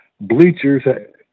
bleachers